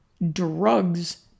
Drugs